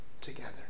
together